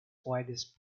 widest